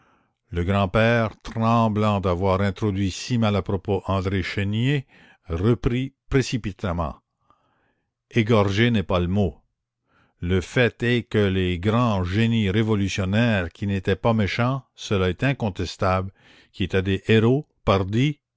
le grand-père tremblant d'avoir introduit si mal à propos andré chénier reprit précipitamment égorgé n'est pas le mot le fait est que les grands génies révolutionnaires qui n'étaient pas méchants cela est incontestable qui étaient des héros pardi